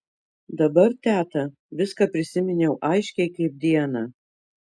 dabar teta viską prisiminiau aiškiai kaip dieną